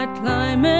climb